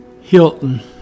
Hilton